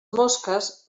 mosques